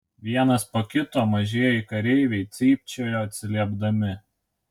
vienas po kito mažieji kareiviai cypčiojo atsiliepdami